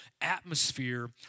atmosphere